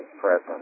present